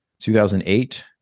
2008